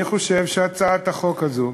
אני חושב שהצעת החוק הזאת